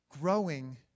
growing